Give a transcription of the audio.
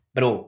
Bro